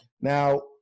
now